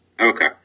Okay